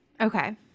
Okay